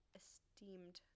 esteemed